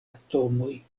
atomoj